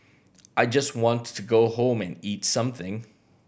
I just want to go home and eat something